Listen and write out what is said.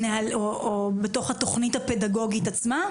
בתוך התכנית הפדגוגית עצמה?